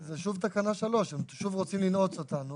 זה שוב תקנה 3. שוב רוצים לנעוץ אותנו,